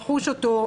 לחוש אותו,